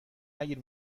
نگیر